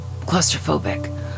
claustrophobic